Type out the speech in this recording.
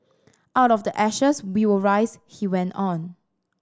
out of the ashes we will rise he went on